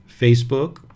Facebook